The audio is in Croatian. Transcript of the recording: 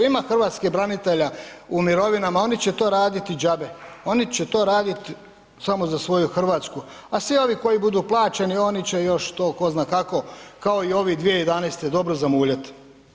Ima Hrvatskih branitelja u mirovinama oni će to raditi džabe, oni će to raditi samo za svoju Hrvatsku, a svi ovi koji budu plaćeni oni će to još tko zna kako, kao i ovi 2011. dobro zamuljati.